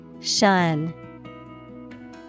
Shun